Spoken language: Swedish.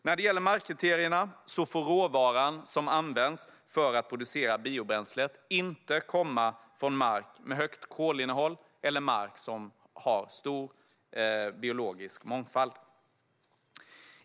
När det gäller markkriterierna får den råvara som används för att producera biobränslet inte komma från mark med högt kolinnehåll eller mark som har stor biologisk mångfald.